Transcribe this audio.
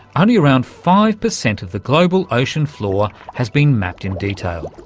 only around five percent of the global ocean floor has been mapped in detail.